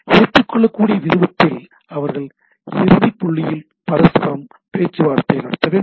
ஏற்றுக்கொள்ளக்கூடிய விருப்பத்தில் அவர்கள் இறுதிப் புள்ளியில் பரஸ்பரம் பேச்சுவார்த்தை நடத்த வேண்டும்